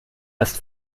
ist